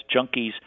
junkies